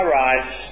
rise